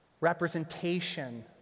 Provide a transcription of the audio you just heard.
Representation